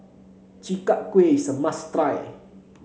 Chi Kak Kuih is a must try